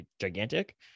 gigantic